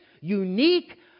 unique